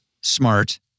smart